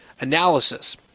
analysis